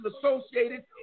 associated